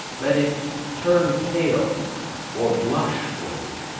let it turn pale or blush for you.